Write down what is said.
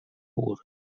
pur